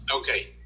Okay